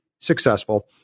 successful